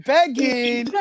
Begging